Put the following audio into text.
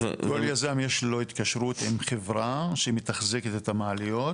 כל יזם יש לו התקשרות עם חברה שמתחזקת את המעליות.